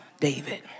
David